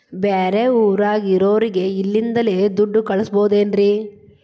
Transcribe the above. ಬೇರೆ ಊರಾಗಿರೋರಿಗೆ ಇಲ್ಲಿಂದಲೇ ದುಡ್ಡು ಕಳಿಸ್ಬೋದೇನ್ರಿ?